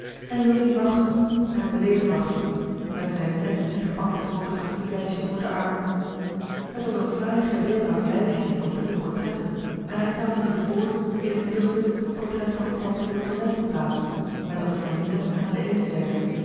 en louis wachtte en bleef wachten met zijn netingepakte photografie lijstje onder den arm het was een fraai gebeeldhouwd lijstje voor drie portretten en hij stelde zich voor in het middelste het portret van tante de tonnette te plaatsen met dat van lina aan de eene zijde